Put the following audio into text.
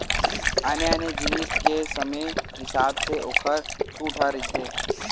आने आने जिनिस के समे हिसाब ले ओखर छूट ह रहिथे